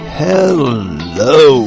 hello